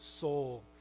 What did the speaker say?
soul